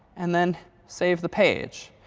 and then save the page.